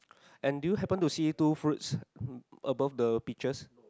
and do you happen to see two fruits above the peaches